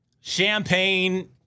Champagne